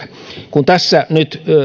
kun tässä nyt